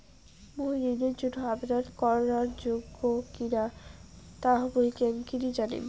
মুই ঋণের জন্য আবেদন করার যোগ্য কিনা তা মুই কেঙকরি জানিম?